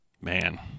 Man